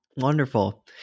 Wonderful